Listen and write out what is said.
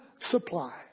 Supply